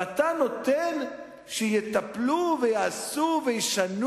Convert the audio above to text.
ואתה נותן שיטפלו, ויעשו, וישנו